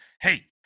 hey